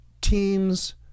teams